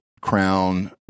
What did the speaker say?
crown